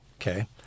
okay